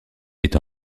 est